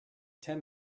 ten